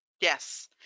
Yes